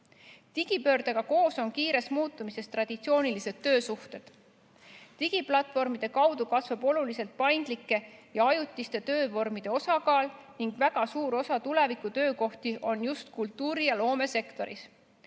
Digipöördega koos on kiires muutumises traditsioonilised töösuhted. Digiplatvormide kaudu kasvab oluliselt paindlike ja ajutiste töövormide osakaal ning väga suur osa tulevikutöökohti on just kultuuri- ja loomesektoris.